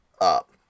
up